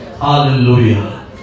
Hallelujah